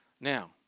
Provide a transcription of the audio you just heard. Now